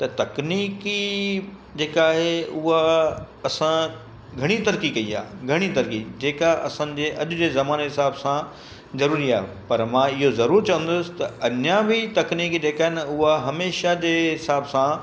त तकनीकी जेका आहे उहा असां घणी तरक़ी कई आहे घणी तरक़ी जेका असांजे अॼ जे ज़माने हिसाब सां ज़रूरी आहे पर मां इहो ज़रूरु चवंदसि त अञा बि तकनीकी जेका आहिनि न उहा हमेशह जे हिसाब सां